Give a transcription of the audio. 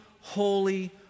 Holy